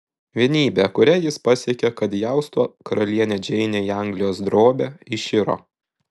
vienybė kurią jis pasiekė kad įaustų karalienę džeinę į anglijos drobę iširo